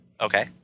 Okay